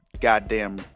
goddamn